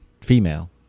female